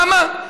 למה?